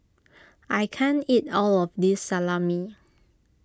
I can't eat all of this Salami